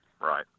right